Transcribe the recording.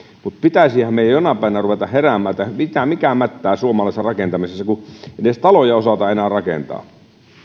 auta vaan pitäisihän meidän jonain päivänä ruveta heräämään että mikä mättää suomalaisessa rakentamisessa kun ei edes taloja osata enää rakentaa